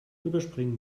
überspringen